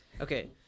Okay